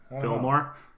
Fillmore